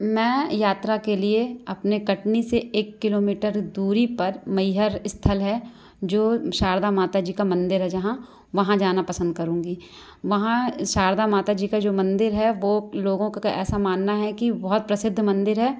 मैं यात्रा के लिए अपने कटनी से एक किलोमीटर दूरी पर मैहर स्थल है जो शारदा माता जी का मंदिर है जहाँ वहाँ जाना पसंद करूँगी वहाँ शारदा माता जी का जो मंदिर है वह लोगों का ऐसा मानना है कि बहुत प्रसिद्ध मंदिर है